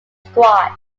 squad